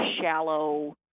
shallow